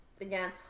again